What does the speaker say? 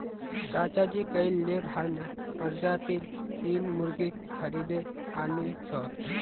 चाचाजी कइल लेगहॉर्न प्रजातीर तीन मुर्गि खरीदे आनिल छ